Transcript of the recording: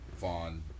Vaughn